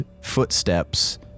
footsteps